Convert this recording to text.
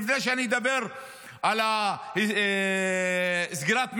לפני שאני אדבר על סגירת המשרדים,